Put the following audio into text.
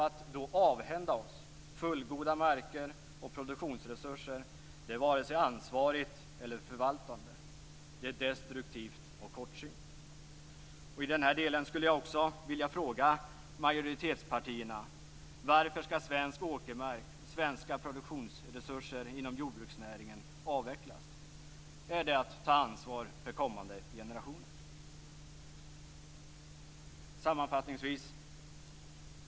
Att då avhända oss fullgoda marker och produktionsresurser är varken ansvarigt eller förvaltande. Det är destruktivt och kortsynt. I denna del skulle jag också vilja ställa en fråga till majoritetspartierna: Varför skall svensk åkermark, svenska produktionsresurser inom jordbruksnäringen, avvecklas? Är det att ta ansvar för kommande generationer? Sammanfattningsvis vill jag säga följande.